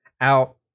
out